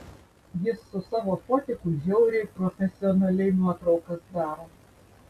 jis su savo fotiku žiauriai profesionaliai nuotraukas daro